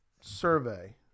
survey